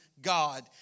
God